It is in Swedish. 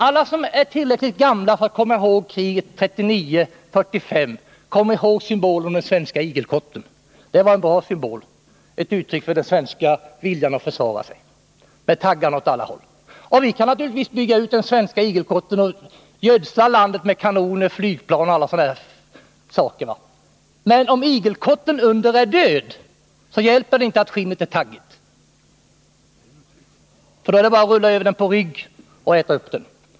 Alla som är tillräckligt gamla för att komma ihåg kriget 1939-1945 minns symbolen den svenska igelkotten. Det var en bra symbol, ett uttryck för den svenska viljan att försvara sig, med taggar åt alla håll. Vi kan naturligtvis bygga ut den svenska igelkotten och gödsla landet med kanoner, flygplan och sådana saker, men om igelkotten under är död hjälper det inte att skinnet är taggigt. Då har man bara att rulla över den på rygg och äta upp den.